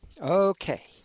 Okay